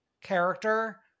character